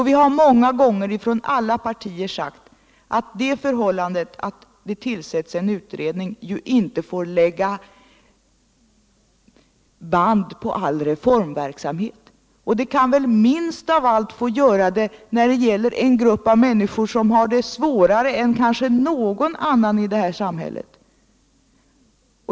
Vi har många gånger från alla partier sagt att det förhållandet att det tillsätts en utredning inte får lägga band på all reformverksamhet. Och det skall väl minst av allt få gälla den grupp människor som har det svårare än kanske någon annan grupp i det här samhället.